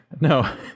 no